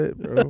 bro